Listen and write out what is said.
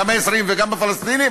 גם הישראלים וגם הפלסטינים,